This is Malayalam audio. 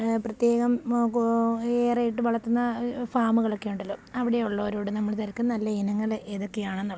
പ്രത്യേകം ഏറെ ഇട്ട് വളർത്തുന്ന ഫാമുകളൊക്കെ ഉണ്ടല്ലോ അവിടെയുള്ളവരോട് നമ്മൾ തിരക്കും നല്ല ഇനങ്ങൾ ഏതൊക്കെയാണ് എന്നുള്ളത്